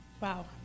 Wow